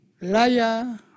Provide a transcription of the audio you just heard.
liar